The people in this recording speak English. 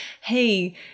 hey